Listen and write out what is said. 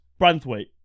Branthwaite